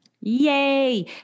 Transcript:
Yay